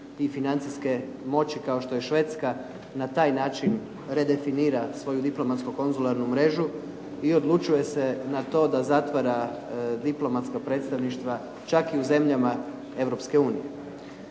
tih financijskih moći kao što je Švedska na taj način redefinira svoju diplomatsko-konzularnu mrežu i odlučuje se na to da zatvara diplomatska predstavništva čak i u zemljama Europske unije.